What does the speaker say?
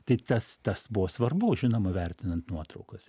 tai tas tas buvo svarbu žinoma vertinant nuotraukas